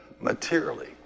materially